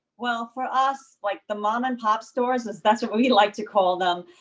well, for us like the mom-and-pop stores that's that's what what we like to call them,